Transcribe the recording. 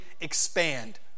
expand